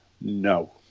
No